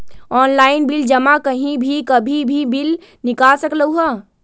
Online bill जमा कहीं भी कभी भी बिल निकाल सकलहु ह?